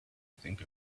think